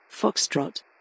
Foxtrot